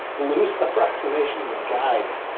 loose approximations of guides.